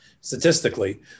statistically